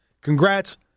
congrats